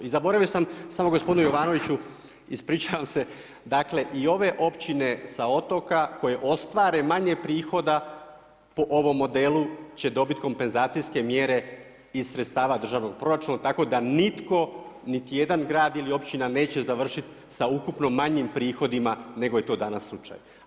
I zaboravio sam samo gospodinu Jovanoviću, ispričavam se, dakle i ove općine sa otoka koje ostvare manje prihoda po ovom modelu će dobiti kompenzacijske mjere iz sredstava državnog proračuna tako da nitko, niti jedan grad ili općina neće završiti sa ukupno manjim prihodima nego je to danas slučaj.